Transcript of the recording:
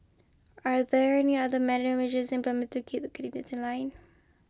are there any other implemented candidates in line